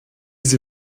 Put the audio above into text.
sie